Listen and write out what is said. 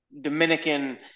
Dominican